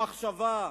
המחשבה,